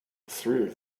through